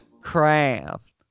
craft